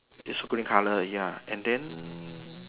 use green colour ya and then